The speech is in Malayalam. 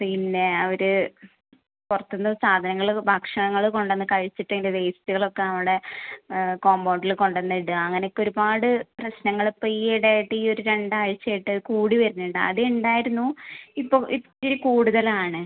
പിന്നെ അവര് പുറത്ത് നിന്ന് സാധനങ്ങള് ഭക്ഷണങ്ങള് കൊണ്ടുവന്ന് കഴിച്ചിട്ട് അതിൻ്റെ വേസ്റ്റുകൾ ഒക്കെ നമ്മുടെ കോമ്പൗണ്ടില് കൊണ്ടുവന്ന് ഇടുക അങ്ങനൊക്കെ ഒരുപാട് പ്രശ്നങ്ങളിപ്പോൾ ഈയിടെ ആയിട്ട് ഈ ഒര് രണ്ടായ്ച്ചയായിട്ട് കൂടി വരുന്നുണ്ട് ആദ്യം ഉണ്ടായിരുന്നു ഇപ്പോൾ ഇത്തിരി കൂടുതലാണ്